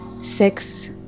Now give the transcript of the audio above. Six